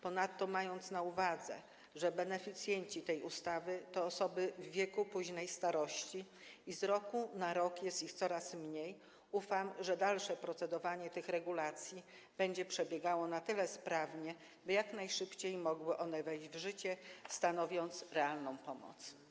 Ponadto biorąc pod uwagę to, że beneficjentami tej ustawy są osoby w wieku późnej starości oraz że z roku na rok jest ich coraz mniej, ufam, że dalsze procedowanie nad tymi regulacjami będzie przebiegało na tyle sprawnie, aby jak najszybciej mogły one wejść w życie i zapewnić realną pomoc.